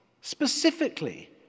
specifically